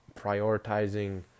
prioritizing